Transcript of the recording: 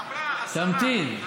אמרה השרה, תמתין.